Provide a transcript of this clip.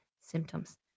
symptoms